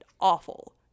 awful